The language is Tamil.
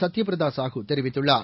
சத்யப்பிரதாசாஹூ தெரிவித்துள்ளார்